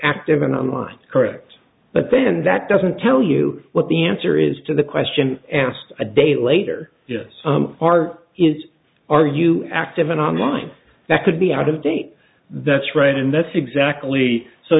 active in online correct but then that doesn't tell you what the answer is to the question asked a day later are is are you active in on line that could be out of date that's right and that's exactly so